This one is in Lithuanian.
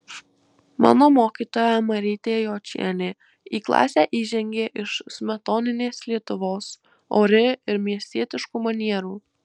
mano mokytoja marytė jočienė į klasę įžengė iš smetoninės lietuvos ori ir miestietiškų manierų